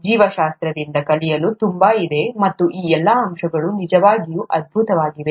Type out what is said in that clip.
ಜೀವಶಾಸ್ತ್ರದಿಂದ ಕಲಿಯಲು ತುಂಬಾ ಇದೆ ಮತ್ತು ಈ ಎಲ್ಲಾ ಅಂಶಗಳು ನಿಜವಾಗಿಯೂ ಅದ್ಭುತವಾಗಿವೆ